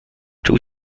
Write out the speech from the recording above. czuł